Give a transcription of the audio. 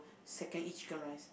second eat chicken rice